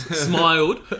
smiled